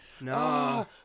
No